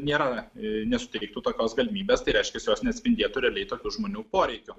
nėra nesuteiktų tokios galimybės tai reiškiasi jos nespindėtų realiai tokių žmonių poreikių